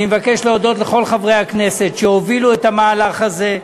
אני מבקש להודות לכל חברי הכנסת שהובילו את המהלך הזה,